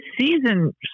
season